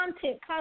content